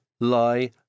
lie